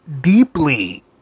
deeply